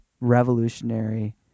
revolutionary